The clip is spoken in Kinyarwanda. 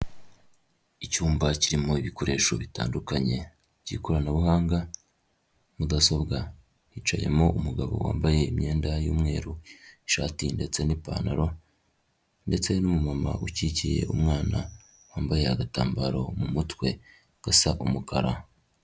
Icyumba kirimo ibikoresho bitandukanye by'ikoranabuhanga, mudasobwa hicayemo umugabo wambaye imyenda y'umweru, ishati ndetse n'ipantaro, ndetse n'umumama ukikiye umwana wambaye agatambaro mu mutwe gasa umukara.